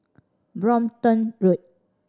Brompton Road